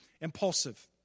impulsive